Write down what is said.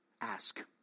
ask